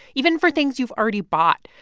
even for things you've already bought.